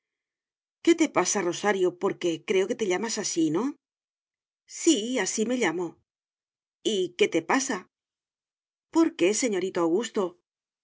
qué te pasa rosario porque creo que te llamas así no sí así me llamo y qué te pasa por qué señorito augusto